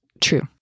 true